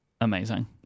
Amazing